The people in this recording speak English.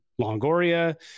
Longoria